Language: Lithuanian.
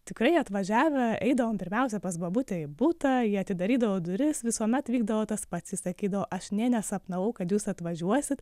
tikrai atvažiavę eidavom pirmiausia pas bobutę į butą ji atidarydavo duris visuomet vykdavo tas pats ji sakydavo aš nė nesapnavau kad jūs atvažiuosit